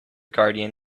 guardian